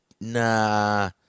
Nah